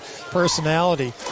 personality